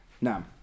Now